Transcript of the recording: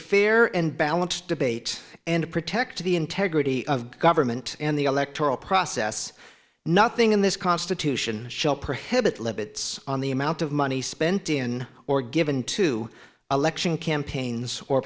fair and balanced debate and protect the integrity of government and the electoral process nothing in this constitution shall prohibit limits on the amount of money spent in or given to election campaigns or